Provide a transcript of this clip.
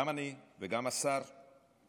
גם אני וגם השר מרגי,